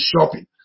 shopping